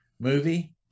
movie